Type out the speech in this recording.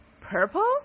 purple